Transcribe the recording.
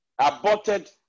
aborted